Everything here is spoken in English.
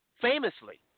famously